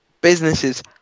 businesses